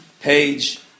page